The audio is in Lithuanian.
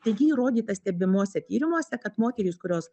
taigi įrodyta stebimuose tyrimuose kad moterys kurios